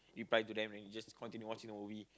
reply to them then you just continue watching the movie